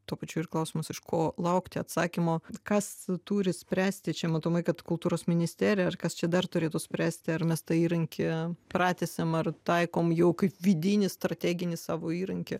tuo pačiu ir klausimas iš ko laukti atsakymo kas turi spręsti čia matomai kad kultūros ministerija ar kas čia dar turėtų spręsti ar mes tą įrankį pratęsiam ar taikom jau kaip vidinį strateginį savo įrankį